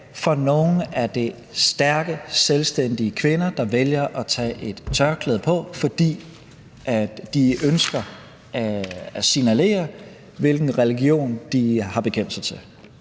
er tale om stærke, selvstændige kvinder, der vælger at tage et tørklæde på, fordi de ønsker at signalere, hvilken religion de har bekendt sig til,